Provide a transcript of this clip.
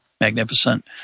magnificent